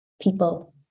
people